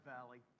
Valley